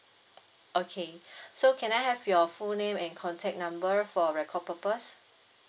okay so can I have your full name and contact number for record purpose